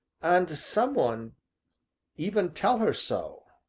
and some one even tell her so?